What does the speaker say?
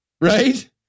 right